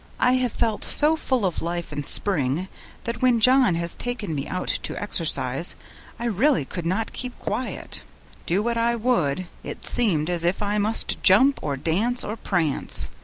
i have felt so full of life and spring that when john has taken me out to exercise i really could not keep quiet do what i would, it seemed as if i must jump, or dance, or prance,